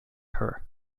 her